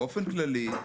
באופן כללי,